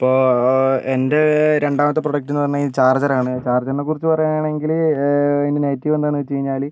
ഇപ്പോൾ എൻ്റെ രണ്ടാമത്തെ പ്രോഡക്റ്റെന്ന് പറഞ്ഞാൽ ചാർജ്ജറാണ് ചാർജ്ജറിനെ കുറിച്ച് പറയുകയാണെങ്കിൽ ഇതിൻ്റെ നെഗറ്റീവ് എന്താണെന്ന് വെച്ച് കഴിഞ്ഞാൽ